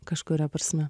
kažkuria prasme